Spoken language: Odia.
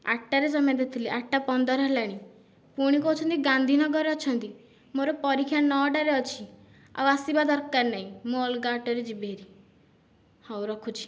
ଆଠଟାରେ ସମୟ ଦେଇଥିଲି ଆଠଟା ପନ୍ଦର ହେଲାଣି ପୁଣି କହୁଛନ୍ତି ଗାନ୍ଧୀନଗରରେ ଅଛନ୍ତି ମୋର ପରୀକ୍ଷା ନଅଟାରେ ଅଛି ଆଉ ଆସିବା ଦରକାର ନାହିଁ ମୁଁ ଅଲଗା ଅଟୋରେ ଯିବି ହେରି ହେଉ ରଖୁଛି